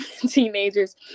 teenagers